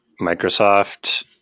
Microsoft